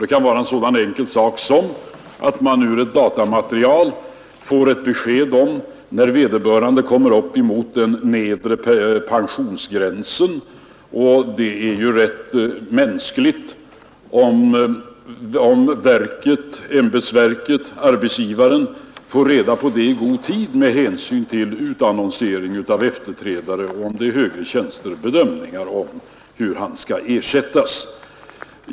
Det kan vara något så enkelt som att man ur ett datamaterial får besked om när vederbörande kommer upp mot den nedre pensionsgränsen: det är ju rätt mänskligt om arbetsgivaren far reda på det i god tid med hänsyn till utannonsering av platsen och — om det rör högre tjänster —- bedömningar om hur han skall ersättas.